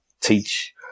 teach